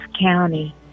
county